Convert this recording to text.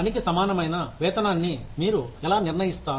పనికి సమానమైన వేతనాన్నిమీరు ఎలా నిర్ణయిస్తారు